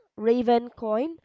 RavenCoin